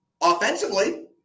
Offensively